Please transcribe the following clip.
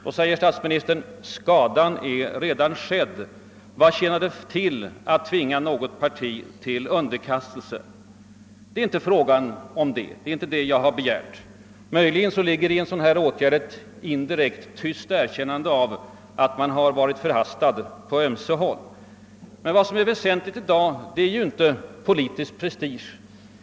Då säger statsministern: Skadan är redan skedd; vad tjänar det till att tvinga något parti till underkastelse? Det är inte fråga om det; det är inte det jag har begärt. Möjligen skulle en sådan åtgärd innebära ett indirekt, tyst erkännande av att man förhastat sig på ömse håll. Men vad som är väsentligt i dag är ju inte politisk prestige.